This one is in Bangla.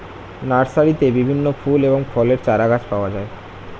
নার্সারিতে বিভিন্ন ফুল এবং ফলের চারাগাছ পাওয়া যায়